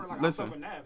listen